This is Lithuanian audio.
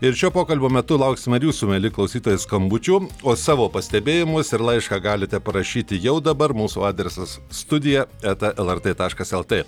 ir šio pokalbio metu lauksime ir jūsų mieli klausytojai skambučių o savo pastebėjimus ir laišką galite parašyti jau dabar mūsų adresas studija eta lrt taškas lt